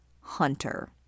Hunter